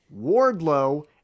Wardlow